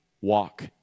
walk